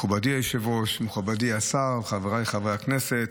מכובדי היושב-ראש, מכובדי השר, חבריי חברי הכנסת,